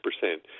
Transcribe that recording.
percent